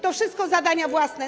To wszystko są zadania własne.